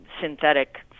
synthetic